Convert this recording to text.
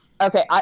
Okay